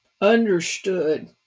understood